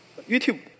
YouTube